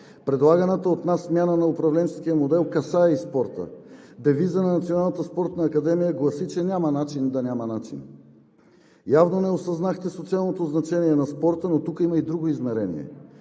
Предлаганата от нас смяна на управленческия модел касае и спорта. Девизът на Националната спортна академия гласи, че няма начин да няма начин. Явно не осъзнахте социалното значение на спорта, но тук има и друго измерение.